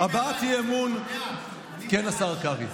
כן, השר קרעי.